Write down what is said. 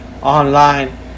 online